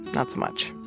not so much.